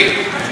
תראי, זה נכון.